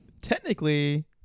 Technically